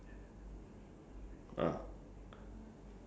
probably has an inte~ interesting